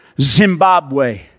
Zimbabwe